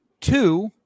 Two